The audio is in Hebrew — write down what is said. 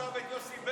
עכשיו את ביילין.